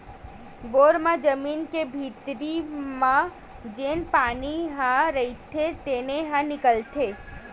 bore म जमीन के भीतरी म जेन पानी ह रईथे तेने ह निकलथे